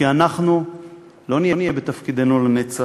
כי אנחנו לא נהיה בתפקידנו לנצח,